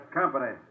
company